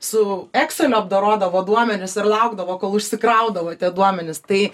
su ekseliu apdorodavo duomenis ir laukdavo kol užsikraudavo tie duomenys tai